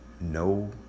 no